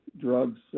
Drugs